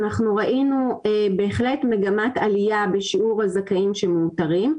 אנחנו ראינו בהחלט מגמת עלייה בשיעור הזכאים שמאותרים.